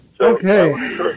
Okay